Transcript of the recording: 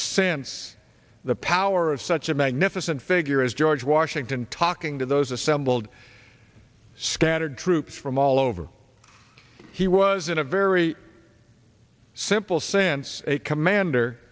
since the power of such a magnificent figure as george washington talking to those assembled scattered troops from all over he was in a very simple since a commander